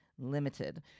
limited